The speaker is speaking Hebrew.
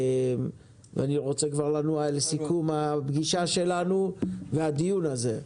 אני רוצה לנוע אל סיכום הפגישה שלנו והדיון הזה.